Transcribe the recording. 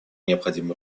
необходимо